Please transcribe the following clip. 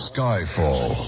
Skyfall